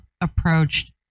approached